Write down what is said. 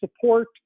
support